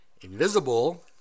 invisible